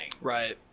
Right